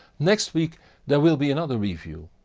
next week there will be another review,